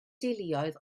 deuluoedd